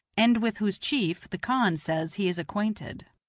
and with whose chief the khan says he is acquainted.